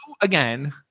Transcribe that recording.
again